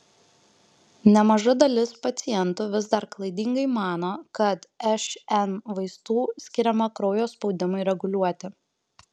nemaža dalis pacientų vis dar klaidingai mano kad šn vaistų skiriama kraujo spaudimui reguliuoti